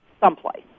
someplace